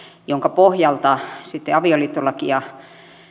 jonka pohjalta sitten avioliittolakia